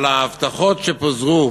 על ההבטחות שפוזרו